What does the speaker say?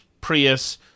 Prius